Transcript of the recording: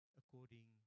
according